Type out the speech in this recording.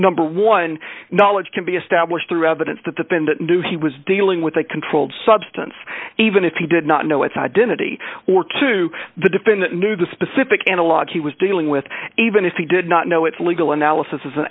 number one knowledge can be established through evidence that the thing that knew he was dealing with a controlled substance even if he did not know its identity or to the defendant knew the specific analogue he was dealing with even if he did not know its legal analysis is an